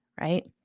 right